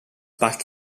back